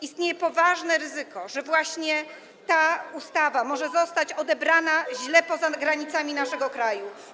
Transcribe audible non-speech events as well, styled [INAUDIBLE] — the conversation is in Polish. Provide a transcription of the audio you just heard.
Istnieje poważne ryzyko, że właśnie ta ustawa może zostać [NOISE] odebrana źle poza granicami naszego kraju.